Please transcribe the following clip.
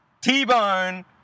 T-Bone